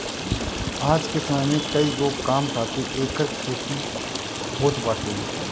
आज के समय में कईगो काम खातिर एकर खेती होत बाटे